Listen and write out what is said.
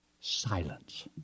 Silence